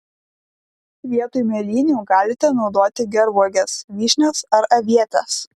vietoj mėlynių galite naudoti gervuoges vyšnias ar avietes